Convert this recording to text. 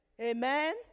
Amen